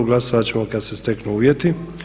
Glasovat ćemo kad se steknu uvjeti.